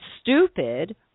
stupid